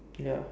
ya